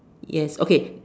yes okay